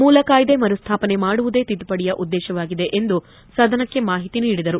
ಮೂಲ ಕಾಯ್ದೆ ಮರು ಸ್ಥಾಪನೆ ಮಾಡುವುದೇ ತಿದ್ದುಪಡಿಯ ಉದ್ದೇಶವಾಗಿದೆ ಎಂದು ಸದನಕ್ಕೆ ಮಾಹಿತಿ ನೀಡಿದರು